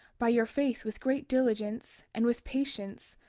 by your faith with great diligence, and with patience,